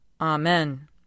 Amen